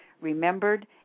remembered